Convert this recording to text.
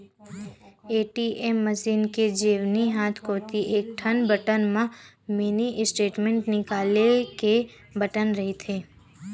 ATM machine के जेवनी हाथ कोती एकठन बटन म मिनी स्टेटमेंट निकाले के बटन रहिथे